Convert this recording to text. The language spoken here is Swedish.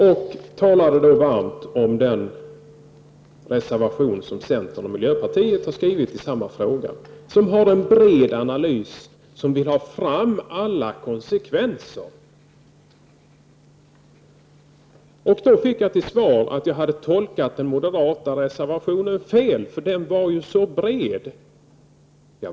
Jag talade varmt om den reservation som centern och miljöpartiet har skrivit i samma fråga, och som vill ha en bred analys av alla konsekvenser. Då fick jag till svar att jag hade tolkat den moderata reservationen fel, för den var så bred.